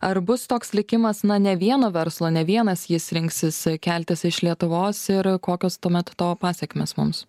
ar bus toks likimas na ne vieno verslo ne vienas jis rinksis keltis iš lietuvos ir kokios tuomet to pasekmės mums